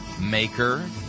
Maker